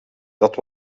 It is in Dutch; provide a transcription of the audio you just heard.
dat